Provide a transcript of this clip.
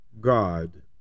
God